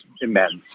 immense